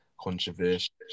controversial